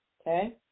Okay